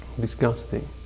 Disgusting